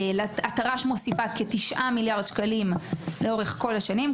התר"ש מוסיפה כ-9 מיליארד שקלים לאורך כל השנים,